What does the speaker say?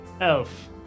elf